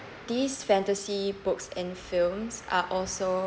these fantasy books and films are also